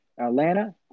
Atlanta